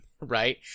right